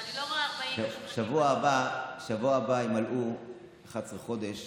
אני לא רואה, בשבוע הבא ימלאו 11 חודש